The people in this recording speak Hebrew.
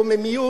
קוממיות,